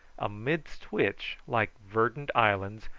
amidst which, like verdant islands,